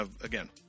again